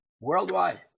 Worldwide